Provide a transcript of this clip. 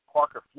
Parker